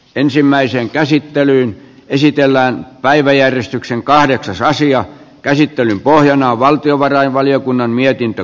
ensimmäiseen käsittelyyn esitellään päiväjärjestyksen kahdeksas asian käsittelyn pohjana on valtiovarainvaliokunnan mietintö